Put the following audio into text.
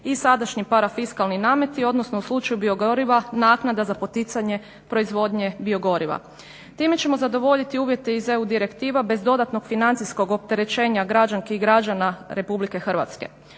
i sadašnji parafiskalni namet odnosno u slučaju biogoriva naknada za poticanje proizvodnje biogoriva. Time ćemo zadovoljiti uvjete iz EU direktiva bez dodatnog financijskog opterećenja građanki i građana RH.